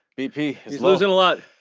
bp he's losing a lot.